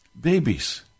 Babies